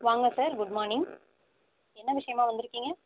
வாங்க sir good morning என்ன விஷயமாக வந்துருக்கீங்க